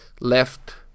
left